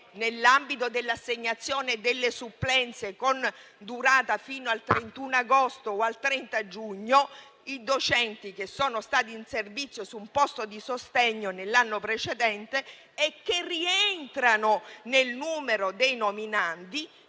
Nell'ambito dell'assegnazione delle supplenze con durata fino al 31 agosto o al 30 giugno, i docenti che sono stati in servizio su un posto di sostegno nell'anno precedente e che rientrano nel numero dei nominandi